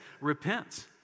Repent